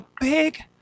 big